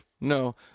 No